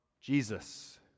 Jesus